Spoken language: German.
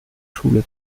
schule